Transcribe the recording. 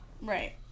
right